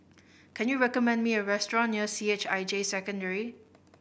can you recommend me a restaurant near C H I J Secondary